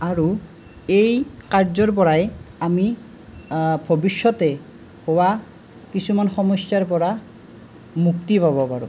আৰু এই কাৰ্যৰপৰাই আমি ভৱিষ্যতে খোৱা কিছুমান সমস্যাৰ পৰা মুক্তি পাব পাৰোঁ